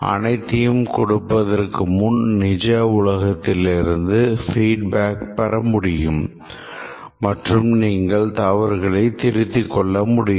அனைத்தையும் கொடுப்பதற்கு முன் நிஜ உலகிலிருந்து feedback பெற முடியும் மற்றும் நீங்கள் தவறுகளை திருத்திக்கொள்ள முடியும்